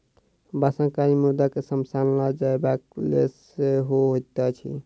बाँसक काज मुर्दा के शमशान ल जयबाक लेल सेहो होइत अछि